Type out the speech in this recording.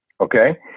Okay